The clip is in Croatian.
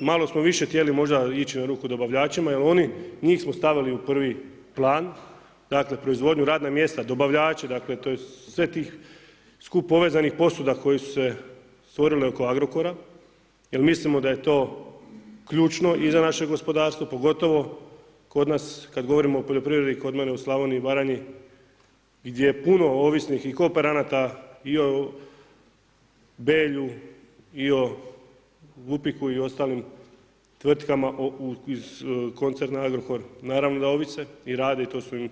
Malo smo više htjeli možda ići na ruku dobavljačima jel oni njih smo stavili u prvi plan, dakle proizvodnju, radna mjesta, dobavljače, to je skup povezanih posuda koje su se stvorile oko Agrokora jer mislimo da je to ključno i za naše gospodarstvo, pogotovo kod nas kada govorimo o poljoprivredi kod mene u Slavoniji i Baranji gdje je puno ovisnih i kooperanata i o Belju i o Vupiku i ostalim tvrtkama iz koncerna Agrokor, naravno da ovise i radi i to su im